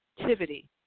activity